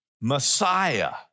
Messiah